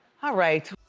ah right.